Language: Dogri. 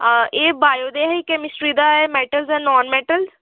हां एह् बायो दे हे कैमिस्ट्री दा ऐ मैटल एंड नान मैटल